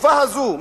בתקופה הזו,